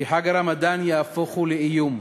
כי חג הרמדאן יהפוך לאיום.